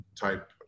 type